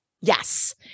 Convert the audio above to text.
Yes